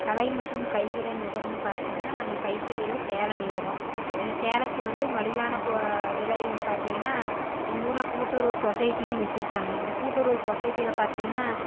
கலை மற்றும் கைவிரர் நுகர்வோர்னு பார்த்தீங்கன்னா நாங்கள் கைத்தறியில் சில நெய்கிறோம் அந்த சேலைக்கு வந்து மலிவான போ விலையின் பார்த்தீங்கன்னா எங்கூரில் கூட்டுறவு சொசைட்டினு வச்சிருக்காங்க அந்த கூட்டுறவு சொசைட்டியில் பார்த்தீங்கன்னா